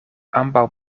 ambaŭ